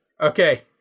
Okay